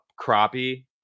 crappie